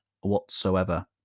whatsoever